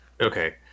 Okay